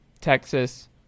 Texas